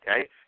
okay